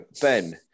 Ben